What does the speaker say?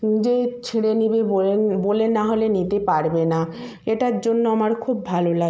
যে ছিঁড়ে নেবে বলে না হলে নিতে পারবে না এটার জন্য আমার খুব ভালো লা